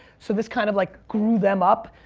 so this kind of like grew them up.